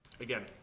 Again